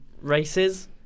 races